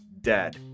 dead